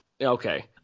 Okay